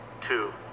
two